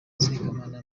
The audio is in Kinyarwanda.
sekamana